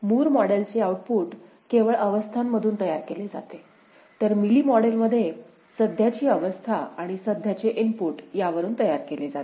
Moore मॉडेलचे output केवळ अवस्थांमधून तयार केले जाते तर मिली मॉडेल मध्ये सध्याची अवस्था आणि सध्याचे इनपुट यावरून तयार केले जाते